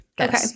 Okay